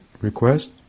request